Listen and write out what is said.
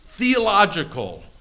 theological